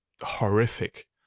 horrific